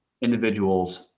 individuals